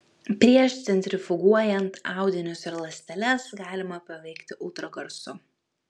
prieš centrifuguojant audinius ir ląsteles galima paveikti ultragarsu